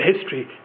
history